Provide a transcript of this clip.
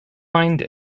find